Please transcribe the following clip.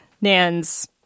Nan's